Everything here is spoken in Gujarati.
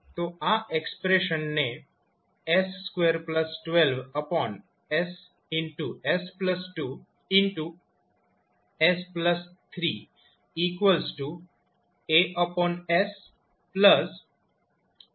તો આ એક્સપ્રેશનને s212ss2s3AsBs2Cs3 તરીકે રિપ્રેઝેન્ટ કરી શકાય છે